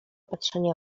patrzenia